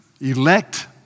elect